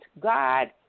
God